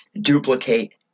duplicate